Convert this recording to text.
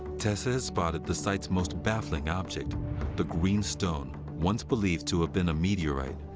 tessa has spotted the site's most baffling object the green stone, once believed to have been a meteorite.